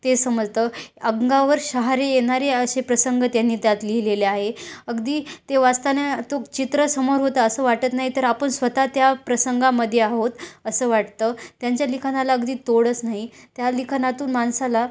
ते समजतं अंगावर शहारे येणारे असे प्रसंग त्यांनी त्यात लिहिलेले आहे अगदी ते वाचताना तो चित्र समोर होत असं वाटत नाही तर आपण स्वतः त्या प्रसंगामध्ये आहोत असं वाटतं त्यांच्या लिखाणाला अगदी तोडच नाही त्या लिखाणातून माणसाला